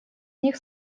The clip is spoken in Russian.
них